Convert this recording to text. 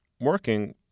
working